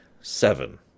seven